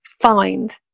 find